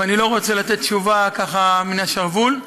ואני לא רוצה לתת תשובה מן השרוול.